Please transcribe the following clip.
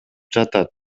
жатат